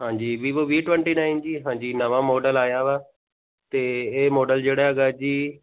ਹਾਂਜੀ ਵੀਵੋ ਵੀਹ twenty nine ਜੀ ਹਾਂਜੀ ਨਵਾਂ ਮਾਡਲ ਆਇਆ ਵਾ ਅਤੇ ਇਹ ਮਾਡਲ ਜਿਹੜਾ ਹੈਗਾ ਜੀ